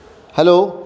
hello